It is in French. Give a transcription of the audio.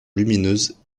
lumineuse